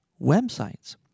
websites